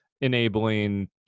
enabling